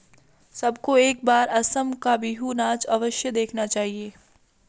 सबको एक बार असम का बिहू नाच अवश्य देखना चाहिए